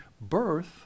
birth